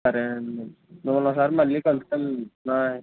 సరేనండి మిమ్మల్ని ఒకసారి మళ్ళీ కలుస్తాం